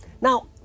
Now